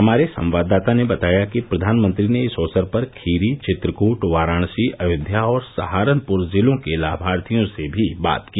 हमारे संवाददाता ने बताया कि प्रधानमंत्री ने इस अवसर पर खीरी चित्रकूट वाराणसी अयोध्या और सहारनपुर जिलों के लाभार्थियों से भी बात की